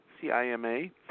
C-I-M-A